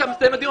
האוזנר.